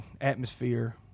atmosphere